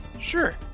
Sure